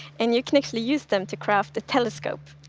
and you can actually use them to craft a telescope.